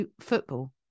football